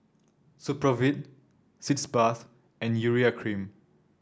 Supravit Sitz Bath and Urea Cream